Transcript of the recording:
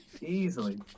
easily